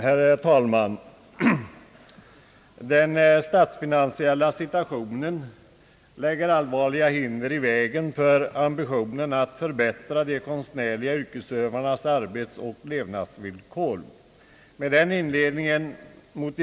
Herr talman! Den statsfinansiella situationen lägger allvarliga hinder i vägen för ambitionen att förbättra de konstnärliga yrkesutövarnas arbetsoch levnadsvillkor.